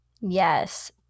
Yes